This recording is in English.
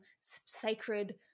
sacred